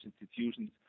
institutions